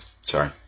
Sorry